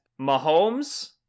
Mahomes